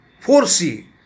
foresee